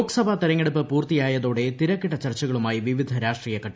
ലോക്സഭാ തെരഞ്ഞെടുപ്പ് പൂർത്തിയായതോടെ തിരക്കിട്ട ചർച്ചകളുമായി വിവിധ രാഷ്ട്രീയ കക്ഷികൾ